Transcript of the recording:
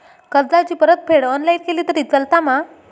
कर्जाची परतफेड ऑनलाइन केली तरी चलता मा?